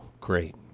great